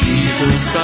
Jesus